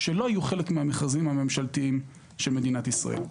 שלא יהיו חלק מן המכרזים הממשלתיים של מדינת ישראל?